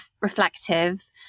reflective